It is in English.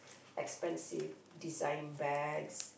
expensive design bags